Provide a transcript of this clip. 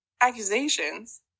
accusations